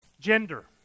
Gender